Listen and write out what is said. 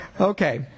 Okay